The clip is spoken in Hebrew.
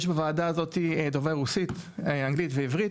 יש בוועדה הזאת דובר רוסית, אנגלית ועברית.